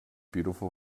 beautiful